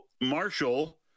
Marshall